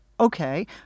Okay